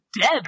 dead